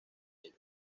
ellos